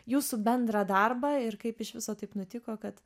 jūsų bendrą darbą ir kaip iš viso taip nutiko kad